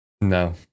No